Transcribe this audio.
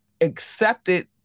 accepted